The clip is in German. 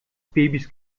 babys